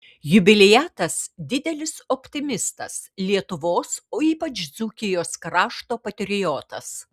jubiliatas didelis optimistas lietuvos o ypač dzūkijos krašto patriotas